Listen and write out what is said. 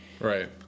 Right